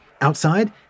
Outside